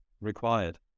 required